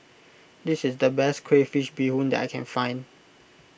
this is the best Crayfish BeeHoon that I can find